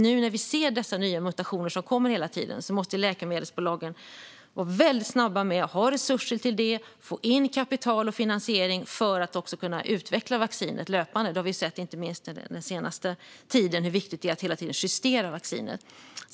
Nu när vi ser de nya mutationer som kommer hela tiden måste läkemedelsbolagen vara väldigt snabba när det gäller att ha resurser till det och få in kapital och finansiering för att kunna utveckla vaccinet löpande. Vi har sett, inte minst den senaste tiden, hur viktigt det är att hela tiden justera vaccinet.